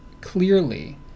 clearly